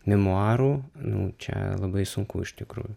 memuarų nu čia labai sunku iš tikrųjų